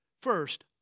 First